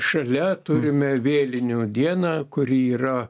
šalia turime vėlinių dieną kuri yra